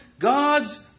God's